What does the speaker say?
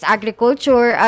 Agriculture